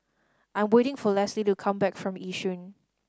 I'm waiting for Lesley to come back from Yishun